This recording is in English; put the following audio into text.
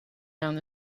down